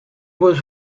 was